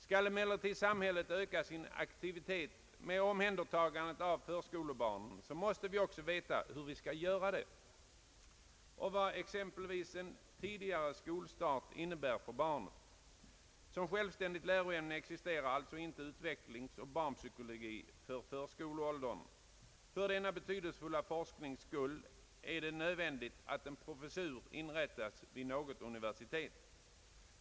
Skall emellertid samhället öka sin aktivitet med omhändertagandet av förskolebarnen, måste vi också veta hur detta bäst skall göras och exempelvis vad en tidigare skolstart innebär för barnet. Såsom självständigt läroämne existerar inte utvecklingsoch barnpsykologi med avseende på förskoleåldern. För denna betydelsefulla forsknings skull är det nödvändigt att en professur inrättas vid något universitet.